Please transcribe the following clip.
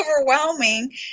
overwhelming